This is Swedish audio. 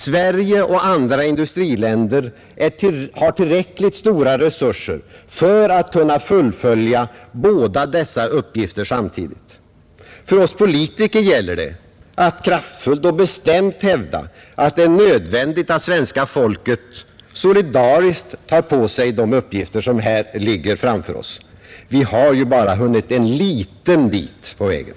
Sverige och andra industriländer har tillräckligt stora resurser för att kunna fullfölja båda dessa uppgifter samtidigt. För oss politiker gäller det att kraftfullt och bestämt hävda att det är nödvändigt att svenska folket solidariskt tar på sig de uppgifter som här ligger framför oss. Vi har ju bara hunnit en liten bit på vägen.